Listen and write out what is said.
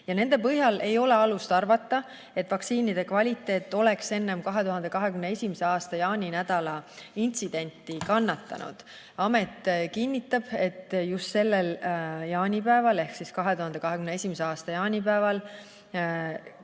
Nende põhjal ei ole alust arvata, et vaktsiinide kvaliteet oleks enne 2021. aasta jaaninädala intsidenti kannatanud. Amet kinnitab, et just sellel jaanipäeval ehk 2021. aasta jaanipäeval